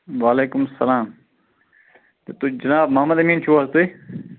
وَعلیکُم سَلام تُہۍ جِناب محمد أمیٖن چھِو حظ تُہۍ